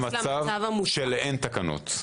למצב של אין תקנות.